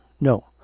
No